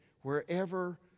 wherever